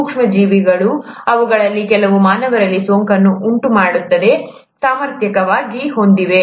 ಸೂಕ್ಷ್ಮ ಜೀವಿಗಳು ಅವುಗಳಲ್ಲಿ ಕೆಲವು ಮಾನವರಲ್ಲಿ ಸೋಂಕನ್ನು ಉಂಟುಮಾಡುವ ಸಾಮರ್ಥ್ಯವನ್ನು ಹೊಂದಿವೆ